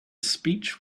speech